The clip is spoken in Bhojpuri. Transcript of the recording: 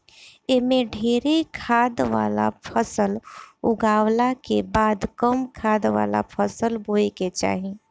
एमे ढेरे खाद वाला फसल उगावला के बाद कम खाद वाला फसल बोए के चाही